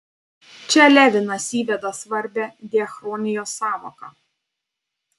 čia levinas įveda svarbią diachronijos sąvoką